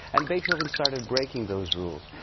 and beethoven started breaking those rules.